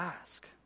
ask